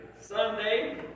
Sunday